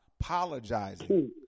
apologizing